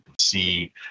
See